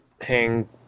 hang